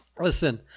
Listen